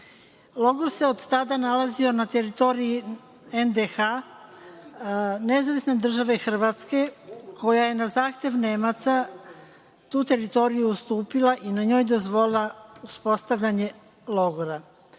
Logor se od tada nalazio na teritoriji NDH, Nezavisne države Hrvatske, koja je na zahtev Nemaca tu teritoriju ustupila i na njoj dozvolila uspostavljanje logora.